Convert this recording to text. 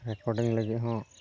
recording ᱞᱟᱹᱜᱤᱫ ᱦᱚᱸ